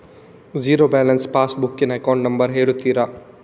Zero balance passbook ನ account number ಹೇಳುತ್ತೀರಾ?